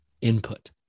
input